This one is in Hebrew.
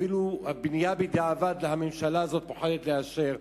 אפילו את הבנייה בדיעבד הממשלה הזאת פוחדת לאשר.